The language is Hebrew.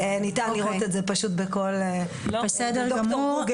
ניתן לראות את זה פשוט בכל --- בסדר גמור,